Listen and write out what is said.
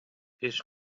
his